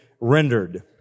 rendered